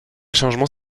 changement